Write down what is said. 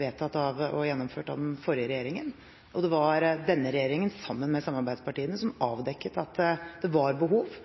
vedtatt og gjennomført av den forrige regjeringen, og det var denne regjeringen sammen med samarbeidspartiene som avdekket at det var behov